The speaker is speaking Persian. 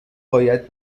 باید